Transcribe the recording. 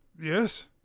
Yes